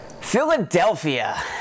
Philadelphia